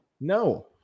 no